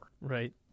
Right